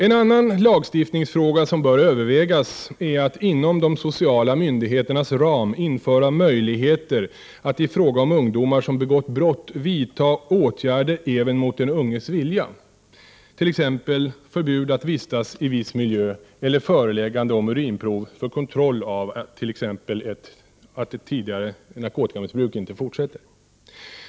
En annan lagstiftningsfråga som bör övervägas är att inom de sociala myndigheternas ram införa möjligheter att i fråga om ungdomar som begått brott vidta åtgärder även mot den unges vilja, t.ex. förbud att vistas i viss miljö eller föreläggande om urinprov för kontroll av att t.ex. ett tidigare narkotikamissbruk inte fortsätter.